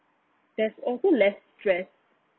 there's also less stress